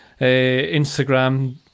Instagram